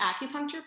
acupuncture